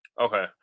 Okay